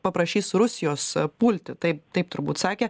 paprašys rusijos pulti taip taip turbūt sakė